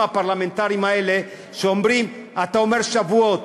הפרלמנטריים האלה שאומרים אתה אומר שבועות,